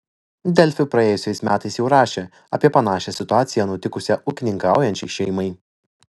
delfi praėjusiais metais jau rašė apie panašią situaciją nutikusią ūkininkaujančiai šeimai